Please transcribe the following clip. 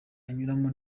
anyuramo